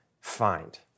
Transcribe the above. find